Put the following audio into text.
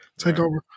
takeover